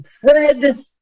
Fred